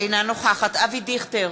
אינה נוכחת אבי דיכטר,